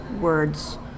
words